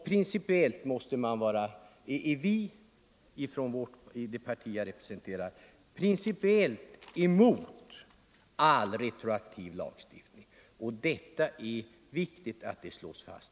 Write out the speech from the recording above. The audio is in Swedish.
Vi är också principiellt emot all annan retroaktiv lagstiftning. Det är viktigt att detta slås fast.